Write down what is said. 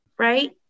right